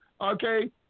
okay